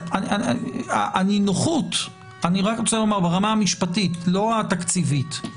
אני רק רוצה לומר ברמה המשפטית, לא התקציבית.